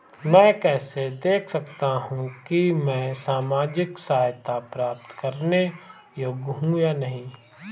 मैं कैसे देख सकता हूं कि मैं सामाजिक सहायता प्राप्त करने योग्य हूं या नहीं?